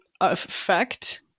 effect